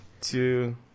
two